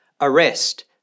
Arrest